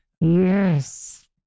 Yes